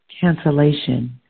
cancellation